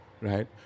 right